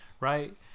right